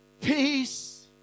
Peace